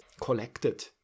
collected